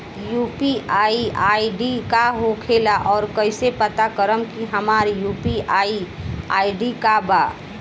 UPI ID का होखेला और कईसे पता करम की हमार यू.पी.आई आई.डी का बा?